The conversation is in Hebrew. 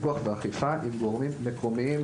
פיקוח ואכיפה עם גורמים מקומיים,